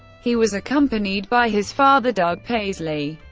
he was accompanied by his father, doug paisley,